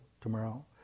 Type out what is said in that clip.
tomorrow